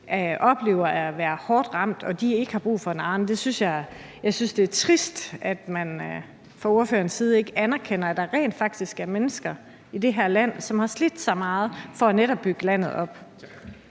oplever at være hårdt ramt og har brug for en Arnepension. Jeg synes, det er trist, at man fra ordførerens side ikke anerkender, at der rent faktisk er mennesker i det her land, som har slidt så meget for netop at bygge landet op.